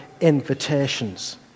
invitations